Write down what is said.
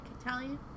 Italian